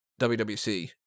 WWC